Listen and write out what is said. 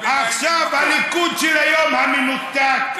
עכשיו, הליכוד של היום, המנותק,